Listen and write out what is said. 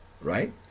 right